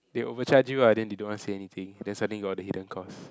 they overcharge you ah then they don't say anything then suddenly got the hidden cost